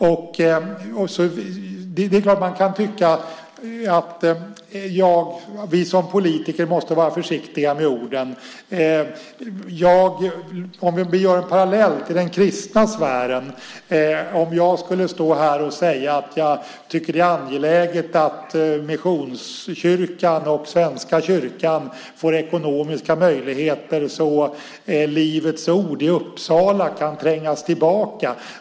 Det är klart att man kan tycka att vi som politiker måste vara försiktiga med orden. Men tänk om jag - för att dra en parallell till den kristna sfären - skulle stå här och säga att jag tycker att det är angeläget att Missionskyrkan och Svenska kyrkan får ekonomiska möjligheter så att Livets Ord i Uppsala kan trängas tillbaka!